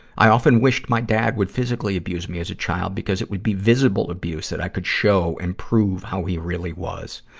i often wished my dad would physically abuse me as a child, because it would be visible abuse that could show and prove how he really was.